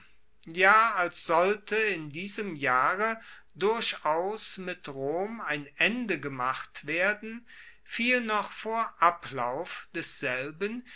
ja als sollte in diesem jahre durchaus mit rom ein ende gemacht werden fiel noch vor ablauf desselben